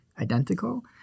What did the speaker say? identical